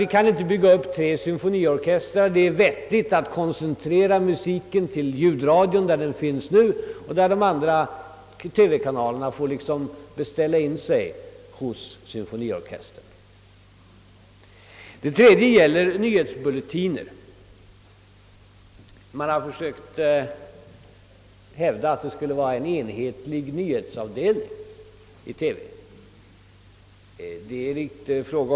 Vi kan inte bygga upp tre symfoniorkestrar, utan det är vettigt att liksom nu koncentrera musiken till ljudradion och låta TV-kanalerna så att säga beställa in sig hos symfoniorkestern. Också när det gäller nyhetsbulletinerna är en samplanering av värde. Det har påståtts att vi skulle få en enhetlig nyhetsavdelning i TV enligt det föreliggande förslaget.